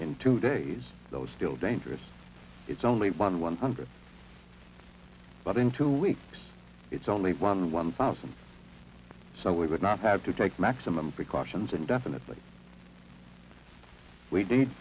in two days those still dangerous it's only one one hundred but in two weeks it's only one one thousand so we would not have to take maximum precautions indefinitely we do need